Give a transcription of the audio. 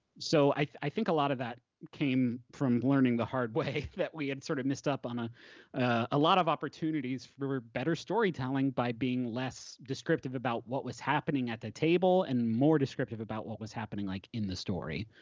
so i think a lot of that came from learning the hard way, that we had sort of messed up on ah a lot of opportunities for better storytelling by being less descriptive about what was happening at the table and more descriptive about what was happening like in the story.